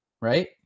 right